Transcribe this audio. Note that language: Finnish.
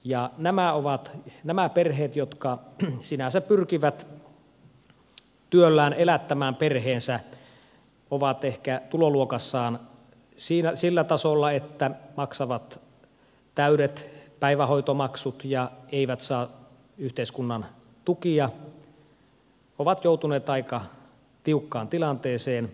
ja nämä perheet jotka sinänsä pyrkivät työllään elättämään perheensä ja ovat ehkä tuloluokassaan sillä tasolla että maksavat täydet päivähoitomaksut ja eivät saa yhteiskunnan tukia ovat joutuneet aika tiukkaan tilanteeseen